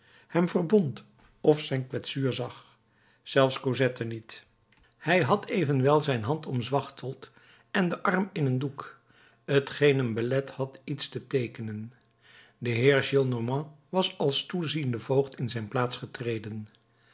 hem verbond of zijn kwetsuur zag zelfs cosette niet hij had evenwel zijn hand omzwachteld en den arm in een doek t geen hem belet had iets te teekenen de heer gillenormand was als toeziende voogd in zijn plaats getreden